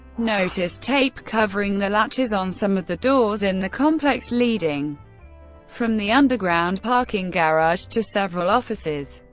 noticed tape covering the latches on some of the doors in the complex leading from the underground parking garage to several offices.